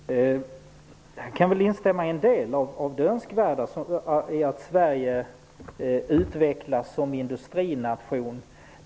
Herr talman! Jag kan instämma i att det är önskvärt att Sverige utvecklas som industrination.